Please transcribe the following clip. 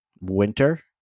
winter